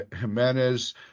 Jimenez